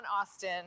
Austin